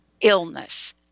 illness